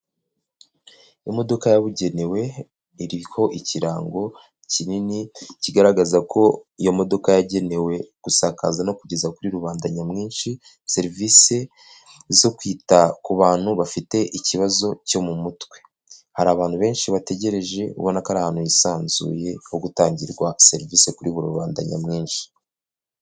Imodoka yabugenewe iriho ikirango kinini kigaragaza ko iyo modoka yagenewe gusakaza no kugeza kuri rubanda nyamwinshi serivisi zo kwita ku bantu bafite ikibazo cyo mu mutwe, hari abantu benshi bategereje ubona ko ari ahantu hisanzuye ho gutangirwa serivisi kuri buri rubanda nyamwinshi.